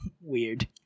weird